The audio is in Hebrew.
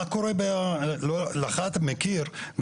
מאחר ואתה מכיר,